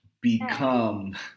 become